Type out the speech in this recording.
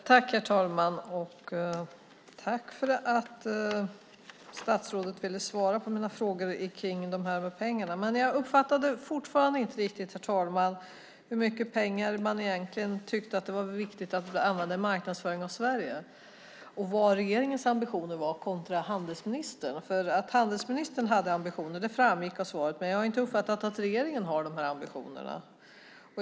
Herr talman! Jag tackar för att statsrådet ville svara på mina frågor kring pengarna. Men jag uppfattade fortfarande inte riktigt hur mycket pengar man egentligen tyckte det var viktigt att vi använde i marknadsföring av Sverige och vilka regeringens ambitioner var kontra handelsministerns. Att handelsministern hade ambitioner framgick av svaret, men jag har inte uppfattat att regeringen har de ambitionerna.